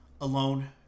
alone